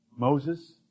Moses